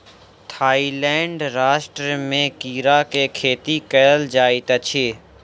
Thailand राष्ट्र में कीड़ा के खेती कयल जाइत अछि